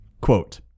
Quote